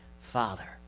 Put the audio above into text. father